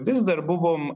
vis dar buvom